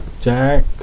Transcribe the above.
Jack